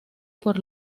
por